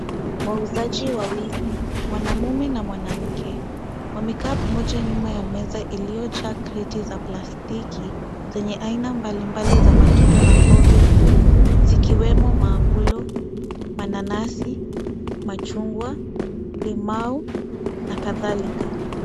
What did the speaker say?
Wauzaji wawili, mwanamume na mwanamke, wamekaa pamoja nyuma ya meza, iliyojaa kreti za plastiki zenye aina mbalimbali za matunda na mboga, zikiwemo, maaporo, mananasi, machungwa, limau na kadhalika.